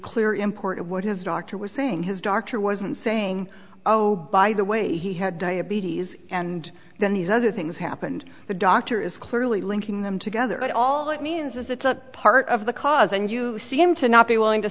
clear import of what his doctor was saying his doctor wasn't saying oh by the way he had diabetes and then these other things happened the doctor is clearly linking them together and all it means is it's a part of the cause and you seem to not be willing to